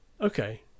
Okay